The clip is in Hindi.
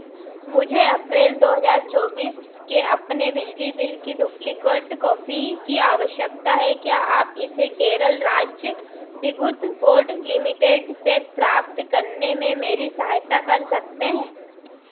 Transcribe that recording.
मुझे अप्रैल दो हज़ार चौबीस के अपने बिजली बिल की डुप्लिकोट कॉफी की आवश्यकता है क्या आप इसे केरल राज्य विद्युत बोर्ड लिमिटेड से प्राप्त करने में मेरी सहायता कर सकते हैं